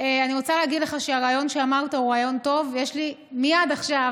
חברי הכנסת, שמעתי את הדברים, בצער,